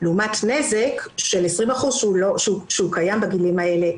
לעומת נזק של 20% שקיים בגילאים אלה.